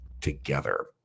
together